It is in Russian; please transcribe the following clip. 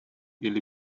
или